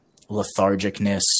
lethargicness